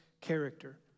character